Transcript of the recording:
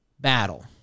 battle